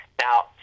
Now